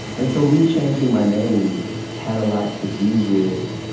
and so, me changing my name had a lot to do with,